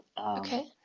okay